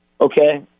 Okay